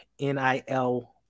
NIL